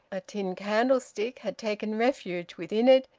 a tin candlestick had taken refuge within it,